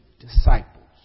disciples